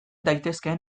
daitezkeen